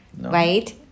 Right